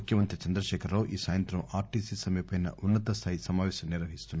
ముఖ్యమంత్రి చంద్రశేఖర్ రావు ఈ సాయంత్రం ఆర్టీసీ సమ్మెపై ఉన్నత స్థాయి సమాపేశం నిర్వహిస్తున్నారు